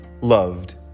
loved